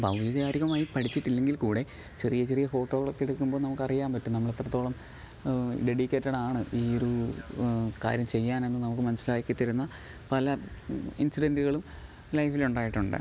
അപ്പം ഔപചാരികമായി പഠിച്ചിട്ടില്ലെങ്കിൽ കൂടെ ചെറിയ ചെറിയ ഫോട്ടോകളൊക്കെ എടുക്കുമ്പോൾ നമുക്കറിയാൻ പറ്റും നമ്മളെത്രത്തോളം ഡെഡികേറ്റഡാണ് ഈ ഒരു കാര്യം ചെയ്യാനെന്ന് നമുക്ക് മനസ്സിലാക്കി തരുന്ന പല ഇൻസിഡൻറ്റുകളും ലൈഫിൽ ഉണ്ടായിട്ടുണ്ട്